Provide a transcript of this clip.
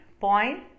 point